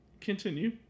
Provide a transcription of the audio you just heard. Continue